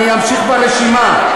אני אמשיך ברשימה.